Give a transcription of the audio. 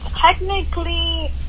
technically